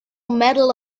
medal